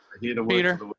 peter